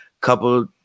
Couple